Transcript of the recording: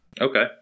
Okay